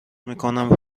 میکنم